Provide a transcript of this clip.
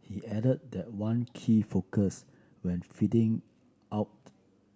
he added that one key focus when fitting out